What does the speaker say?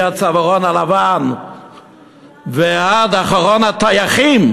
מהצווארון הלבן ועד אחרון הטייחים,